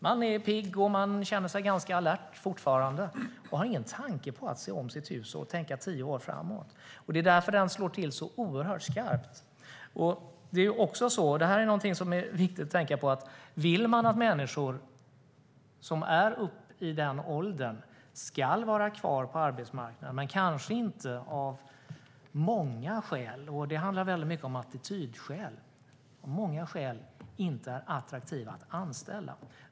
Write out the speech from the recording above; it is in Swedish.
Man är pigg och känner sig ganska alert fortfarande, och man har ingen tanke på att se om sitt hus och tänka tio år framåt. Det är därför den slår till så oerhört skarpt. Det är också så, vilket är viktigt att tänka på, att man måste stimulera och göra det mer attraktivt att driva eget eller arbeta i andra former om man vill att människor som är i den åldern ska vara kvar på arbetsmarknaden. De kanske av många skäl - och det handlar mycket om attitydsskäl - inte är attraktiva att anställa.